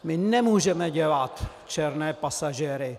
My nemůžeme dělat černé pasažéry.